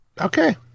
okay